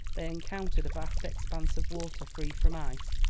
they encountered a vast expanse of water free from ice,